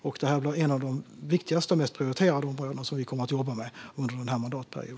Detta är ett av de viktigaste och mest prioriterade områden som vi kommer att jobba med under denna mandatperiod.